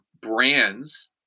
brands